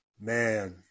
Man